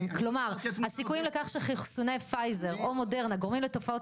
כלומר הסיכויים לכך שחיסוני פייזר או מודרנה גורמים לתופעות